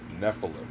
Nephilim